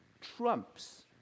trumps